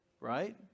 Right